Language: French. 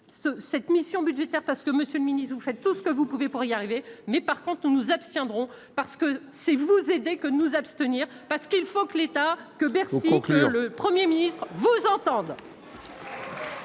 cette mission budgétaire parce que Monsieur le Ministre, vous faites tout ce que vous pouvez pour y arriver, mais par contre, nous nous abstiendrons parce que si vous aider que nous abstenir parce qu'il faut que l'État que Bercy conclure le 1er ministre vous entendent.